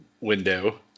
window